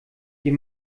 die